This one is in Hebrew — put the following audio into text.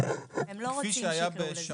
כפי שהיה בשר"מ,